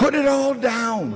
put it all down